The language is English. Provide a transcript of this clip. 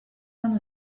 than